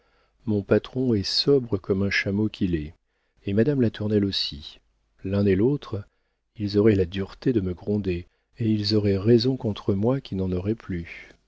mon patron est sobre comme un chameau qu'il est et madame latournelle aussi l'un et l'autre ils auraient la dureté de me gronder et ils auraient raison contre moi qui n'en aurais plus